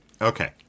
Okay